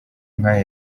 nk’aya